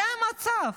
זה המצב.